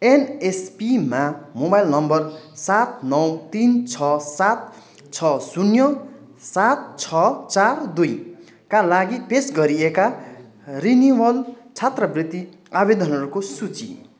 एनएसपीमा mobile number सात नौ तिन छ सात छ शून्य सात छ चार दुईका लागि पेस गरिएका रिन्युवल छात्रवृत्ति आवेदनहरूको सूची